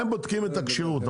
הם בודקים את הכשירות,